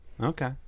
Okay